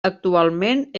actualment